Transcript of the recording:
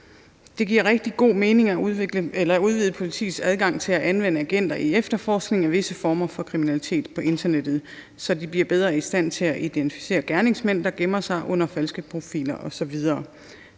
Det giver rigtig god mening at udvide politiets adgang til at anvende agenter i efterforskningen af visse former for kriminalitet på internettet, så de bliver bedre i stand til at identificere gerningsmænd, der gemmer sig bag falske profiler osv.